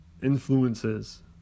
influences